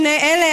שני אלה,